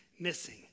missing